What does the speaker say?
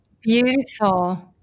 Beautiful